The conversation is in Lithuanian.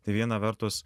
viena vertus